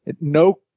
No